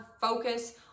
focus